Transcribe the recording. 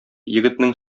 егетнең